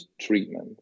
treatment